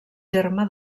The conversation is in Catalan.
terme